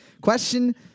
Question